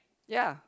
ya